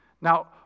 Now